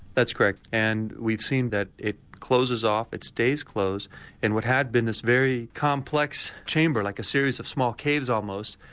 that's correct and we've seen that it closes off, it stays closed and what had been this very complex chamber, like a series of small caves almost,